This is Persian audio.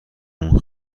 اون